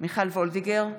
מיכל וולדיגר,